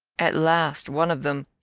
at last one of them,